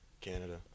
Canada